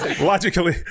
logically